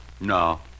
No